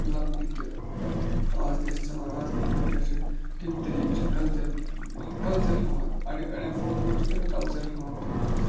ملب یہِ تہِ آز کیٛاہ چھِ چلان آز کِتھ پٲٹھۍ کیٛاہ چھُ کَمہِ طریٖقہٕ چھِ کَلچَر کَلچَر ہاوان اَڑٮ۪ن اَڑٮ۪ن فوٹو منٛز چھِ أڑۍ کَلچَر ہاوان پَنُن